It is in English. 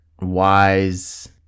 wise